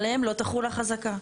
עליהם לא תחול החזקה.